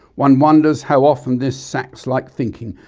one wonders how often this sacks-like thinking,